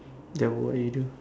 then what will you do